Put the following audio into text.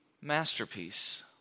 masterpiece